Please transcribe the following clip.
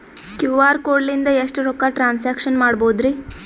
QR code ಲಿಂದ ಎಷ್ಟ ರೊಕ್ಕ ಟ್ರಾನ್ಸ್ಯಾಕ್ಷನ ಮಾಡ್ಬೋದ್ರಿ?